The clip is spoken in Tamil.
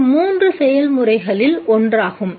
இது மூன்று செயல்முறைகளில் ஒன்றாகும்